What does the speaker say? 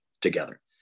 together